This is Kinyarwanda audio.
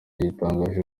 yatangaje